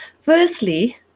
Firstly